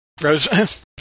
Rose